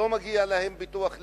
לא מגיע להם ביטוח לאומי.